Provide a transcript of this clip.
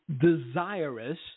desirous